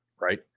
right